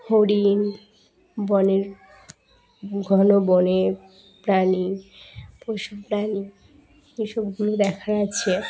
হরিণ বনের ঘন বনে প্রাণী পশুপ্রাণী এসবগুলো দেখা যাচ্ছে